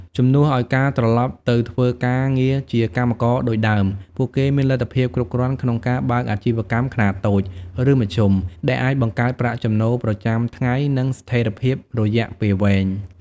ជំនួសឱ្យការត្រឡប់ទៅធ្វើការងារជាកម្មករដូចដើម ពួកគេមានលទ្ធភាពគ្រប់គ្រាន់ក្នុងការបើកអាជីវកម្មខ្នាតតូច ឬមធ្យម ដែលអាចបង្កើតប្រាក់ចំណូលប្រចាំថ្ងៃ និងស្ថេរភាពរយៈពេលវែង។